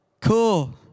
Cool